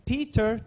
Peter